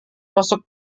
masuk